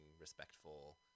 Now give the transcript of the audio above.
respectful